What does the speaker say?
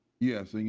yes. and you